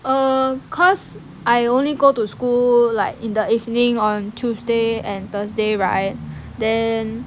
err cause I only go to school like in the evening on tuesday and thursday right then